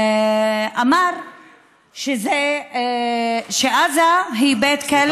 אמר שעזה היא בית כלא,